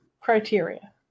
criteria